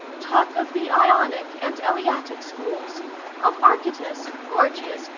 talk of the ionic and eleatic schools of archytas, gorgias,